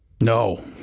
No